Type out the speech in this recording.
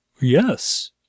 Yes